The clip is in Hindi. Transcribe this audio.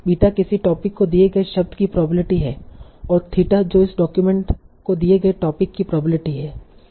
बीटा किसी टोपिक को दिए गए शब्द की प्रोबेबिलिटी है और थीटा जो इस डॉक्यूमेंट को दिए गए टोपिक की प्रोबेबिलिटी है